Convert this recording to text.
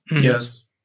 Yes